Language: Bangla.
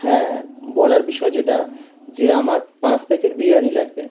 হ্যাঁ বলার বিষয় যেটা যে আমার পাঁচ প্যাকেট বিরিয়ানি লাগবে